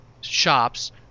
shops